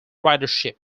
ridership